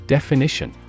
Definition